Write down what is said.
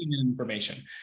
information